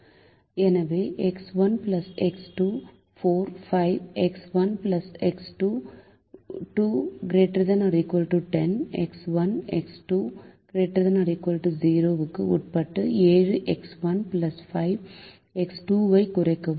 எனவே x 1 x 2 4 5 x 1 2 x 2 ≥10 x 1 x 2 ≥ 0 க்கு உட்பட்டு 7 எக்ஸ் 1 5 எக்ஸ் 2 ஐக் குறைக்கவும்